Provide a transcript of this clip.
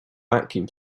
vacuum